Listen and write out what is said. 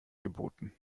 geboten